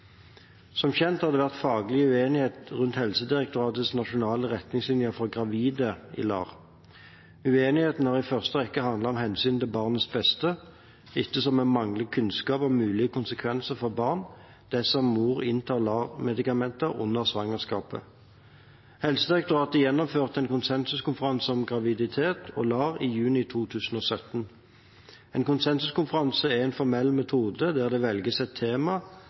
Som kjent har det vært faglig uenighet rundt Helsedirektoratets nasjonale retningslinjer for gravide i LAR. Uenigheten har i første rekke handlet om hensynet til barnets beste, ettersom vi mangler kunnskap om mulige konsekvenser for barnet dersom mor inntar LAR-medikamenter under svangerskapet. Helsedirektoratet gjennomførte en konsensuskonferanse om graviditet og LAR i juni 2017. En konsensuskonferanse er en formell metode der det velges et tema